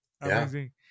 Amazing